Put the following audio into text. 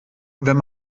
wenn